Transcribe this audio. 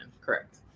Correct